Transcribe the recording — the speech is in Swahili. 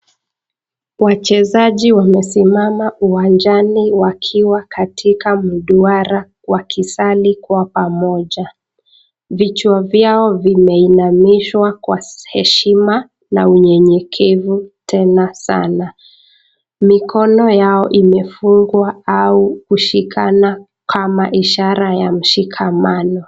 Wachezaji wamesimama uwanjani wakiwa katika mduara wakisali kwa pamoja. Vichwa vyao vimeinamishwa kwwa heshima na unyenyekevu tena sanaa. Mikono yao imefungwa au kushikana kama ishara ya mshikamano.